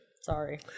Sorry